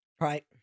Right